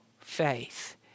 faith